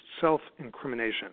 self-incrimination